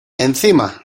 encima